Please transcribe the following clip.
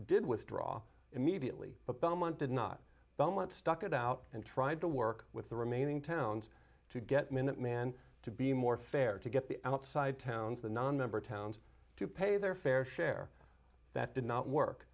did withdraw immediately but belmont did not stuck it out and tried to work with the remaining towns to get minuteman to be more fair to get the outside towns the nonmember towns to pay their fair share that did not work